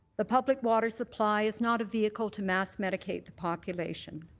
the public water supply is not a vehicle to mass medicate the population.